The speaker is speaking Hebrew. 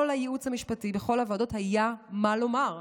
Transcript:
כל הייעוץ המשפטי בכל הוועדות היה מה לומר.